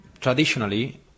Traditionally